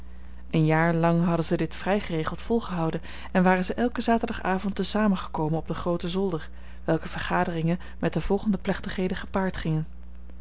een jaar lang hadden ze dit vrij geregeld volgehouden en waren ze elken zaterdagavond te zamen gekomen op den grooten zolder welke vergaderingen met de volgende plechtigheden gepaard gingen